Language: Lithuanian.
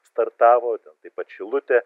startavo ten taip pat šilutė